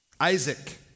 Isaac